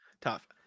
tough